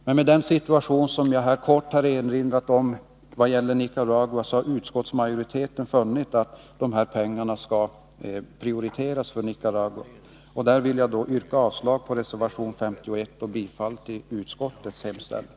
På grund av den situation som råder i Nicaragua har utskottsmajoriteten emellertid funnit att Nicaragua bör prioriteras. Jag yrkar alltså avslag på reservation 51 och bifall till utskottets hemställan.